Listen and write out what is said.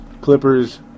Clippers